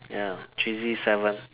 ya cheesy seven